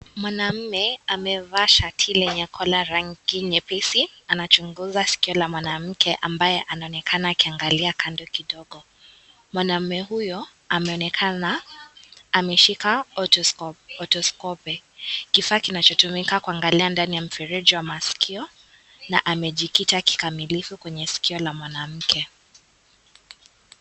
Mwanamume amevaa shati lenye kola rangi nyepesi anachunguza sikio la mwanamke ambaye anaonekana akiangalia kando kidogo. Mwanamume huyo ameonekana ameshika (cs)autoscope(cs) otoskope, kifaa kinachotumika kuangalia ndani ya mfereji wa maskio na amejikita kikamilifu kwenye sikio la mwanamke.